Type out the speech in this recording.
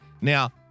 Now